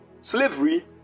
slavery